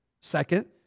Second